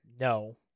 No